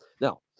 Now